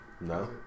No